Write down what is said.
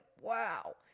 wow